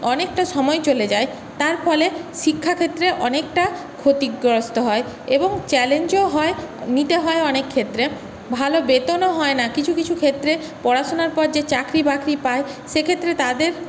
অনেকটা সময় চলে যায় তার ফলে শিক্ষাক্ষেত্রে অনেকটা ক্ষতিগ্রস্ত হয় এবং চ্যালেঞ্জও হয় নিতে হয় অনেকক্ষেত্রে ভালো বেতনও হয় না কিছু কিছু ক্ষেত্রে পড়াশোনার পর যে চাকরি বাকরি পায় সেক্ষেত্রে তাদের